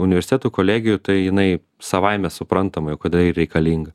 universitetų kolegijų tai jinai savaime suprantama jau kad reikalinga